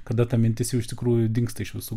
kada ta mintis jau iš tikrųjų dingsta iš visų